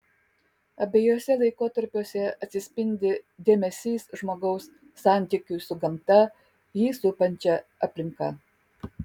abiejuose laikotarpiuose atsispindi dėmesys žmogaus santykiui su gamta jį supančia aplinka